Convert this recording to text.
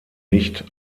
nicht